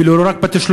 אפילו לא רק בתשלומים.